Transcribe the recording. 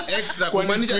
extra